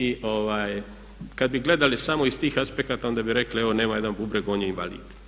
I kad bi gledali samo iz tih aspekata onda bi rekli evo nema jedan bubreg, on je invalid.